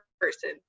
person